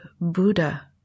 Buddha